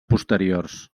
posteriors